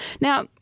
Now